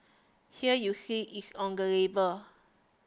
here you see it on the label